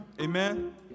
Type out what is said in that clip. amen